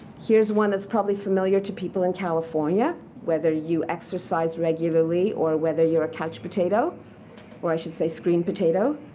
here's one that's probably familiar to people in california. whether you exercise regularly or whether you're a couch potato or i should say screen potato.